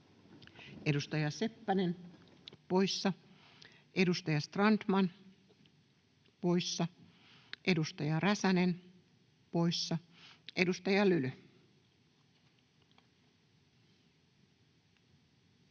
Edustaja Seppänen poissa, edustaja Strandman poissa, edustaja Räsänen poissa. — Edustaja Lyly. Arvoisa